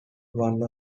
one